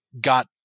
got